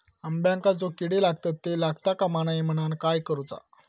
अंब्यांका जो किडे लागतत ते लागता कमा नये म्हनाण काय करूचा?